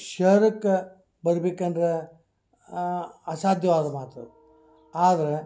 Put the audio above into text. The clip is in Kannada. ಶಹರಕ್ಕೆ ಬರ್ಬೇಕಂದ್ರೆ ಅಸಾಧ್ಯವಾದ ಮಾತು ಆದ್ರೆ